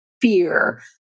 fear